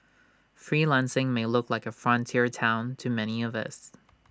freelancing may look like frontier Town to many of us